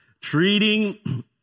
Treating